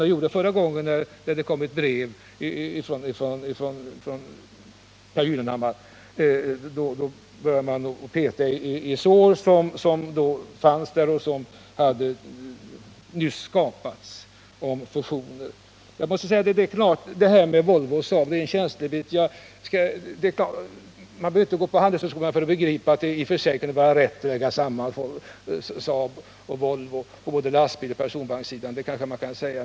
Det gjorde man förra gången det kom ett brev från Pehr Gyllenhammar. Då började man peta i de sår som uppkommit när det gällde fusioner. Frågan om Volvo och Saab är känslig. Man behöver inte gå på handelshögskolan för att begripa att det i och för sig kan vara riktigt med en sammanslagning av Volvo och Saab, både på lastbilsoch personvagnssidan.